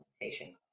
implementation